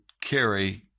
carry